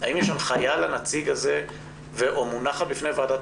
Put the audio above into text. האם יש הנחיה לנציג הזה או מונחת בפני ועדת